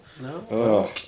No